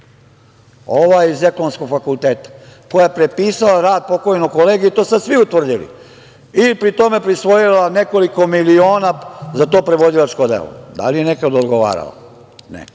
Ova iz Ekonomskog fakulteta, koja je prepisala rad pokojnog kolege i to su sad svi utvrdili, i pri tome prisvojila nekoliko miliona za to prevodilačko delo. Da li je nekada odgovarala?